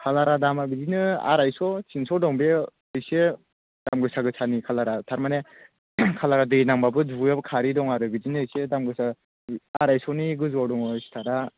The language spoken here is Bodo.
खालारा दामा बिदिनो आरायस' थिनस' दं बे इसे दाम गोसा गोसानि खालारा थारमाने खालारा दै नांबाबो दुगैबाबो खारै दं आरो बिदिनो इसे दाम गोसा आराइस'नि गोजौआव दं सिटारा